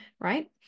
right